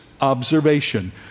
observation